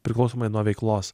priklausomai nuo veiklos